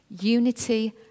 Unity